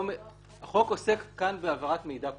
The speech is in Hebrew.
החוק עוסק כאן בהעברת מידע פלילי.